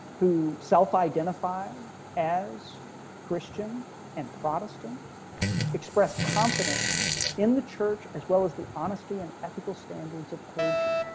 who self identify and as christian and protestant express confidence in the church, as well as the honesty and ethical standards of clergy.